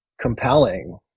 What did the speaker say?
compelling